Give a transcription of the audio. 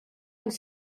ens